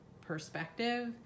perspective